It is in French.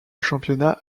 championnat